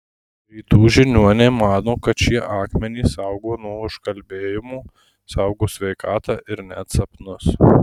rytų žiniuoniai mano kad šie akmenys saugo nuo užkalbėjimo saugo sveikatą ir net sapnus